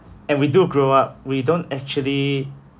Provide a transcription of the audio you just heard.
and we do grow up we don't actually